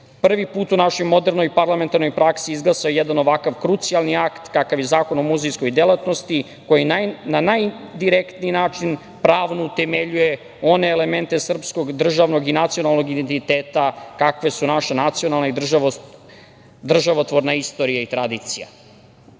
prvi put u našoj modernoj i parlamentarnoj praksi izglasao jedan ovakav krucijalni akt, kakav je Zakon o muzejskoj delatnosti, koji na najdirektniji način pravno utemeljuje one elemente srpskog, državnog i nacionalnog identiteta, kakve su naše nacionalne i državotvorne istorija i tradicija. Partija